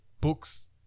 books